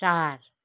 चार